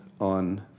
on